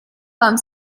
vám